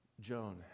Joan